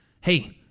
hey